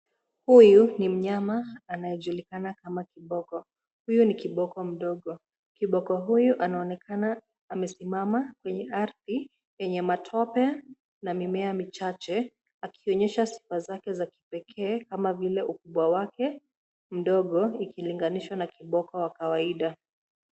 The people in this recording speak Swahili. Huyu ni mnyama anayejulikana kama kiboko. Huyu ni kiboko mdogo. Kiboko huyu anaonekana amesimama kwenye ardhi yenye matope na mimea michache akionyesha sifa zake za kipekee kama vile ukubwa wake mdogo ikilinganishwa na kiboko wa kawaida.